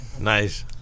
Nice